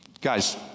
Guys